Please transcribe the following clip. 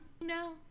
No